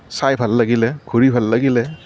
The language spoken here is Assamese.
চাই ভাল লাগিলে ঘূৰি ভাল লাগিলে